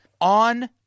on